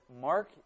Mark